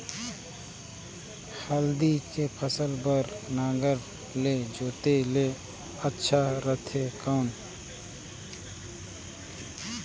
हल्दी के फसल बार नागर ले जोते ले अच्छा रथे कौन?